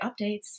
updates